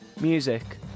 Music